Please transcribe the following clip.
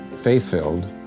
faith-filled